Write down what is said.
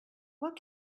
what